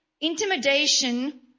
intimidation